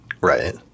Right